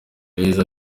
yagize